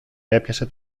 έπιασε